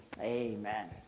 Amen